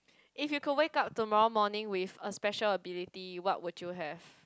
if you could wake up tomorrow morning with a special ability what would you have